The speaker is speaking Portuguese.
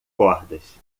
cordas